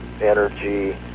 energy